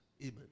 Amen